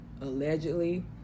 allegedly